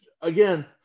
again